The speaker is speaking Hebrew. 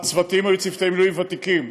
הצוותים היו צוותי מילואים ותיקים.